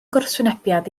gwrthwynebiad